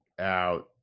out